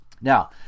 Now